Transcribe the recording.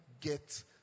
get